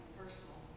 personal